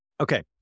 Okay